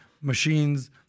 machines